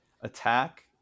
Attack